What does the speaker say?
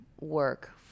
work